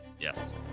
Yes